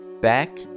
back